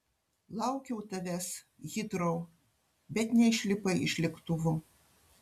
laukiau tavęs hitrou bet neišlipai iš lėktuvo